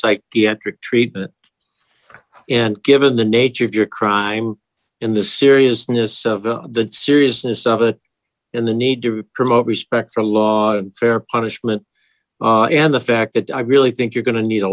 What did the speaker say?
psychiatric treatment and given the nature of your crime in the seriousness of the seriousness of it and the need to promote respect for law fair punishment and the fact that i really think you're going to need a